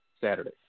Saturday